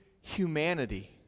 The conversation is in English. humanity